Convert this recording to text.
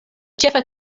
ĉefa